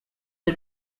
the